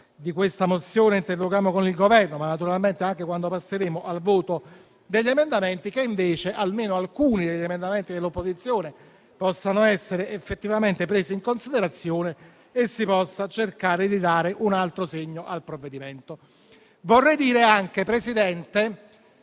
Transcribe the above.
questa mozione e interloquendo con il Governo, ma anche quando passeremo al voto degli emendamenti, almeno alcuni degli emendamenti dell'opposizione possano essere effettivamente presi in considerazione e si possa cercare di dare un altro segno al provvedimento. Vorrei dire anche che,